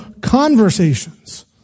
conversations